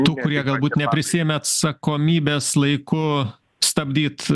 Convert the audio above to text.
tų kurie galbūt neprisiėmė atsakomybės laiku stabdyt